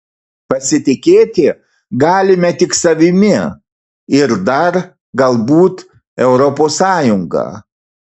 pasitikėti galime tik savimi ir dar galbūt europos sąjunga